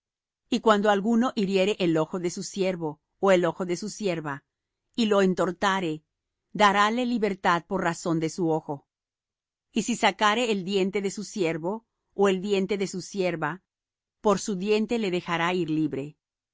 y cuando alguno hiriere el ojo de su siervo ó el ojo de su sierva y lo entortare darále libertad por razón de su ojo y si sacare el diente de su siervo ó el diente de su sierva por su diente le dejará ir libre